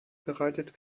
bereitet